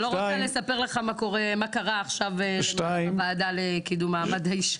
לא רוצה לספר לך מה קורה עכשיו בוועדה לקידום מעמד האישה.